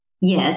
Yes